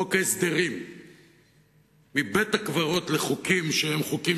חוק הסדרים מבית-הקברות לחוקים שהם חוקים